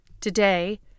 Today